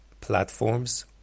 platforms